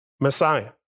Messiah